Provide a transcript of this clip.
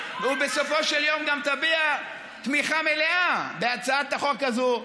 במליאה ובסופו של יום גם תביע תמיכה מלאה בהצעת החוק הזו.